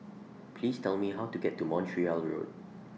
Please Tell Me How to get to Montreal Road